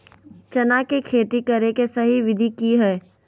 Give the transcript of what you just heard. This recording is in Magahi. चना के खेती करे के सही विधि की हय?